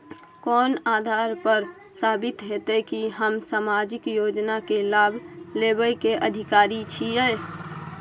कोन आधार पर साबित हेते की हम सामाजिक योजना के लाभ लेबे के अधिकारी छिये?